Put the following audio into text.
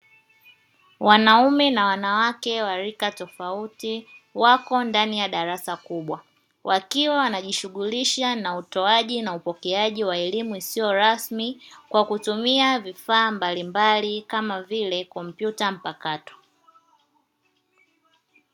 Wanaume na wanawake wa rika tofauti wako ndani ya darasa kubwa, wakiwa wanajishughulisha na utoaji na upokeaji wa elimu isiyo rasmi kwa kutumia vifaa mbalimbali kama vile kompyuta mpakato.